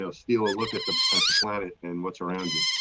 ah steal a look at the at the planet and what's around you.